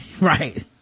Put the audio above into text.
Right